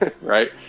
Right